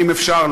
אם אפשר,